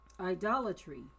idolatry